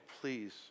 please